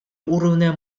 уровня